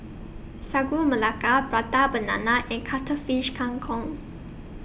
Sagu Melaka Prata Banana and Cuttlefish Kang Kong